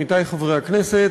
עמיתי חברי הכנסת,